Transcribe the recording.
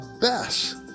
best